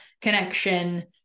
connection